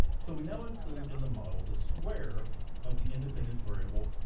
so we now include in the model the square of the independent variable,